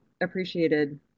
appreciated